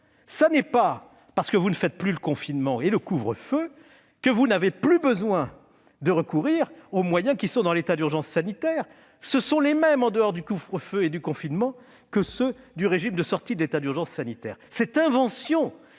Ce n'est pas parce que vous ne faites plus le confinement et le couvre-feu que vous n'avez plus besoin de recourir aux moyens de l'état d'urgence sanitaire, qui sont les mêmes que ceux du régime de sortie de l'état d'urgence sanitaire. Cette invention